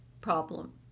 problem